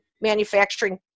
manufacturing